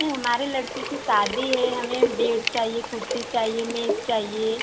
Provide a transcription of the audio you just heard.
नहीं हमारे लड़की की शादी है हमें बेड चाहिए कुर्सी चाहिए मेज चाहिए